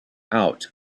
out